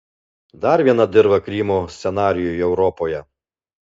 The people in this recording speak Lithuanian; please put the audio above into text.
dar viena dirva krymo scenarijui europoje